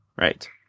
Right